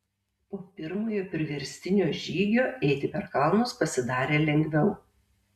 po pirmojo priverstinio žygio eiti per kalnus pasidarė lengviau